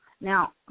now